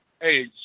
Hey